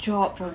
my god